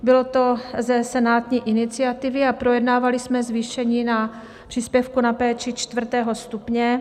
Bylo to ze senátní iniciativy a projednávali jsme zvýšení příspěvku na péči čtvrtého stupně.